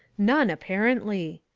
none, apparently.